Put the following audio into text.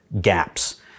gaps